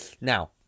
now